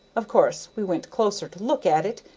of course we went closer to look at it,